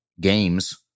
games